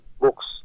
books